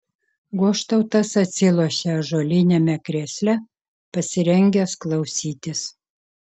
goštautas atsilošė ąžuoliniame krėsle pasirengęs klausytis